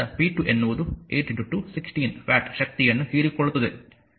ಆದ್ದರಿಂದ p2 ಎನ್ನುವುದು 82 16 watt ಶಕ್ತಿಯನ್ನು ಹೀರಿಕೊಳ್ಳುತ್ತದೆ